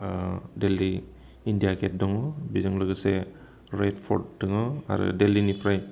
Delhi India gate दङ बेजों लोगोसे रेड फर्ट दोङो आरो दिल्लीनिफ्राय